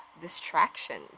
distractions